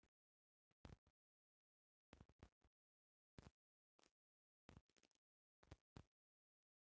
सार्वजानिक बैंक में राज्य, नगरपालिका चाहे एगो समूह के मुखिया ओकर मालिक होखेला